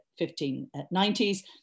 1590s